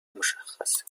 مشخصه